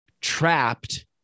trapped